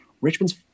Richmond's